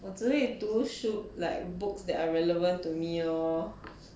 我只会读书 like books that are relevant to me lor